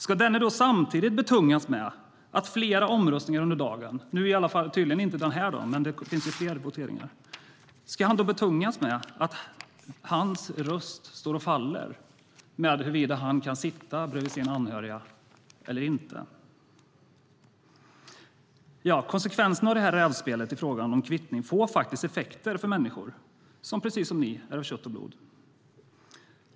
Ska denne då samtidigt betungas med att flera omröstningar under dagen - tydligen inte i dag, men det finns ju fler voteringar - står och faller med hans röst och avgör om han kan sitta hos sina anhöriga eller inte? Rävspelet i frågan om kvittning får faktiskt effekter för människor som, precis som ni, är av kött och blod.